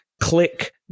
click